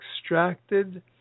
extracted